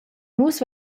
nus